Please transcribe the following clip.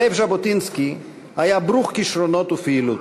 זאב ז'בוטינסקי היה ברוך כישרונות ופעילות.